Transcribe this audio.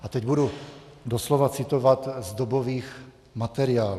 A teď budu doslova citovat z dobových materiálů.